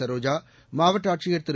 சரோஜா மாவட்ட ஆட்சியர் திரு